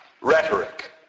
Rhetoric